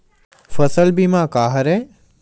फसल बीमा का हरय?